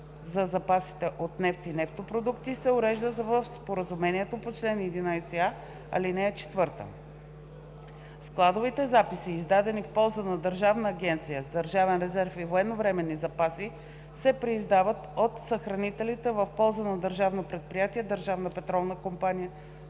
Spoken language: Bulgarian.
за запасите от нефт и нефтопродукти, се уреждат в споразумението по чл. 11а, ал. 4. Складовите записи, издадени в полза на Държавна агенция „Държавен резерв и военновременни запаси“, се преиздават от съхранителите в полза на Държавно предприятие „Държавна петролна компания“